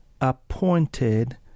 appointed